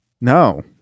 No